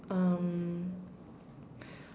um